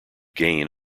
gain